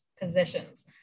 positions